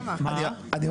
מה